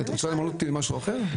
את רוצה למנות אותי למשהו אחר?